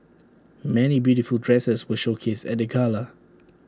many beautiful dresses were showcased at the gala